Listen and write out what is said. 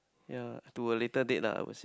ya to a later date lah I would say